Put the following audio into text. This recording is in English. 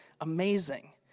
amazing